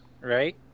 Right